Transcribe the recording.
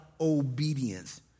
obedience